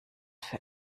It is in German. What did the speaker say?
für